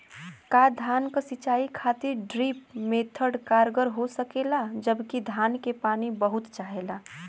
का धान क सिंचाई खातिर ड्रिप मेथड कारगर हो सकेला जबकि धान के पानी बहुत चाहेला?